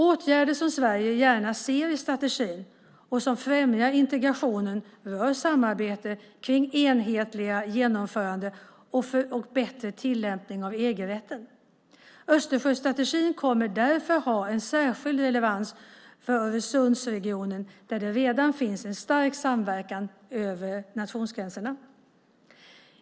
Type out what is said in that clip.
Åtgärder som Sverige gärna ser i strategin och som främjar integrationen rör samarbete kring ett enhetligt genomförande och en bättre tillämpning av EG-rätten. Östersjöstrategin kommer därför att ha särskild relevans för Öresundsregionen där det redan finns en stark samverkan över nationsgränserna.